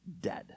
dead